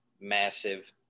massive